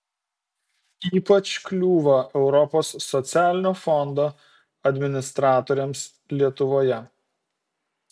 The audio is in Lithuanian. ypač kliūva europos socialinio fondo administratoriams lietuvoje